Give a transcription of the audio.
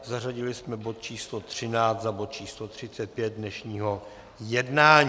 Zařadili jsme bod číslo 13 za bod číslo 35 dnešního jednání.